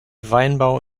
weinbau